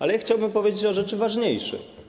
Ale ja chciałbym powiedzieć o rzeczy ważniejszej.